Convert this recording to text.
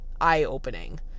eye-opening